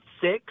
six